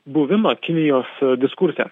buvimą kinijos diskurte